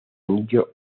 anillo